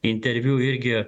interviu irgi